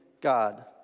God